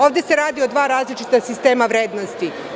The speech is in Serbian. Ovde se radi o dva različita sistema vrednosti.